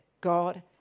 God